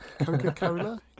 Coca-Cola